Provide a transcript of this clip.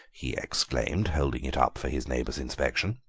he exclaimed, holding it up for his neighbour's inspection.